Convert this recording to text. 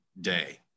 day